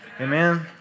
Amen